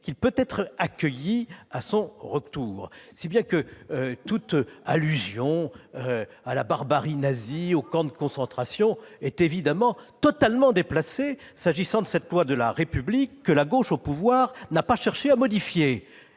qu'il peut être accueilli à son retour. Si bien que toute allusion à la barbarie nazie et aux camps de concentration est évidemment totalement déplacée, s'agissant de cette loi de la République que la gauche au pouvoir n'a pas cherché à modifier-